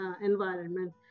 environment